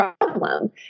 problem